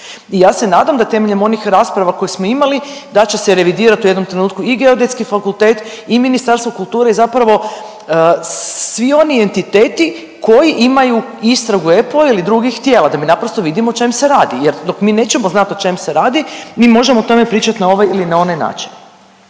i ja se nadam da temeljem onih rasprava koje smo imali da će se revidirat u jednom trenutku i Geodetski fakultet i Ministarstvo kulture i zapravo svi oni entiteti koji imaju istragu EPPO-a ili drugih tijela da mi naprosto vidimo o čem se rad jer dok mi nećemo znat o čem se radi mi možemo o tome pričat na ovaj ili na onaj način.